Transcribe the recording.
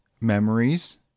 memories